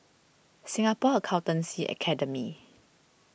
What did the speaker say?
Singapore Accountancy Academy